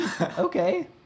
Okay